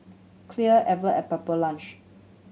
Clear and Pepper Lunch